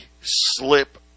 slip